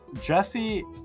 Jesse